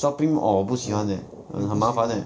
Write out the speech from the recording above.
shopping orh 不喜欢 leh 很麻烦 leh